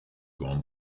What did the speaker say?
gone